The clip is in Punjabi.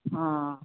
ਹਾਂ